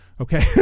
Okay